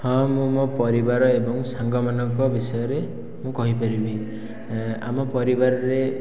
ହଁ ମୁଁ ମୋ ପରିବାର ଏବଂ ସାଙ୍ଗ ମାନଙ୍କ ବିଷୟରେ ମୁଁ କହିପାରିବି ଆମ ପରିବାରରେ